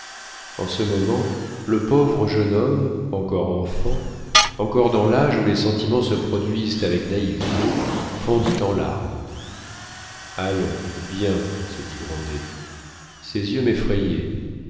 en ce moment le pauvre jeune homme encore enfant encore dans l'âge où les sentiments se produisent avec naïveté fondit en larmes allons bien se dit grandet ses yeux